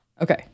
Okay